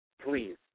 Please